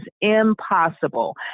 impossible